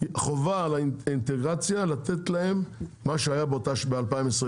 חובה על האינטגרציה לתת להם מה שהיה ב-2023.